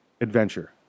adventure